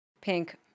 pink